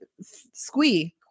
Squee